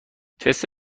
تست